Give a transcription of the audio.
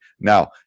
Now